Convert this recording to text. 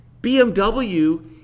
BMW